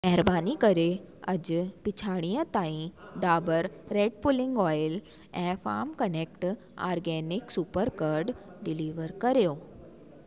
महिरबानी करे अॼु पिछाड़ीअ ताईं डाबर रेड पुलिंग ऑइल ऐं फाम कनेक्ट ऑर्गेनिक सुपर कड डिलीवर करियो